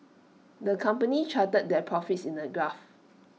the company charted their profits in A graph